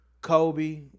Kobe